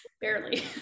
barely